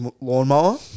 lawnmower